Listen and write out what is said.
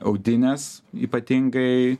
audinės ypatingai